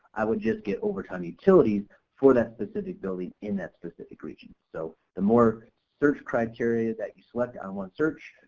i would just get overtime utilities for that specific building in that specific region. so the more search criteria that you select on one search,